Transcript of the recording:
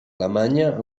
alemanya